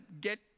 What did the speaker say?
get